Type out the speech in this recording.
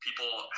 People